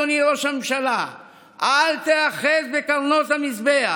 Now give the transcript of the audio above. אדוני ראש הממשלה: אל תיאחז בקרנות המזבח.